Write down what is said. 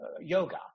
yoga